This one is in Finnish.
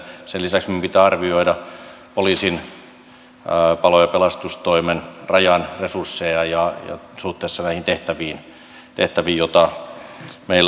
sen lisäksi meidän pitää arvioida poliisin palo ja pelastustoimen rajan resursseja suhteessa näihin tehtäviin joita meillä on